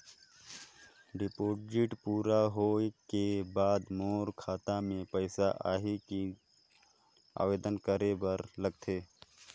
Deposit पूरा होय के बाद मोर खाता मे पइसा आही कि आवेदन करे बर लगथे?